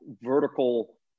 vertical